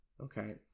Okay